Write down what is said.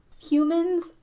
Humans